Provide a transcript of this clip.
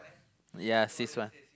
ya this one